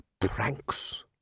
pranks